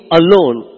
alone